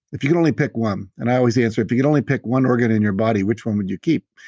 if you could only pick one. and i always answer, if you could only pick one organ in your body which one would you keep?